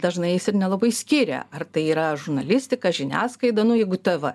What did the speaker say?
dažnais jis ir nelabai skiria ar tai yra žurnalistika žiniasklaida nu jeigu tv